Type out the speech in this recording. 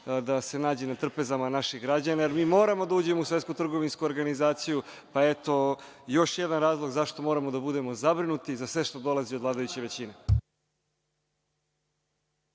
da se nađe na trpezama naših građana, jer mi moramo da uđemo u Svetsku trgovinsku organizaciju, pa eto, još jedan razlog zašto moramo da budemo zabrinuti za sve što dolazi od vladajuće većine.